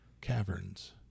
Caverns